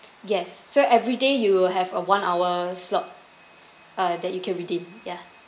yes so everyday you will have a one hour slot uh that you can redeem ya